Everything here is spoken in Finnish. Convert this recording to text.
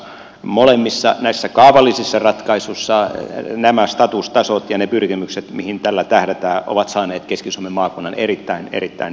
molemmissa näissä kaavallisissa ratkaisuissa nämä statustasot ja ne pyrkimykset mihin tällä tähdätään ovat saaneet keski suomen maakunnan erittäin erittäin vahvan tuen